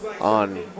on